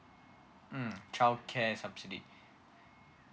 mm childcare subsidy